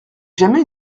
jamais